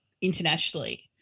internationally